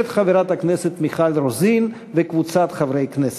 של חברת הכנסת מיכל רוזין וקבוצת חברי הכנסת.